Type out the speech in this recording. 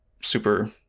super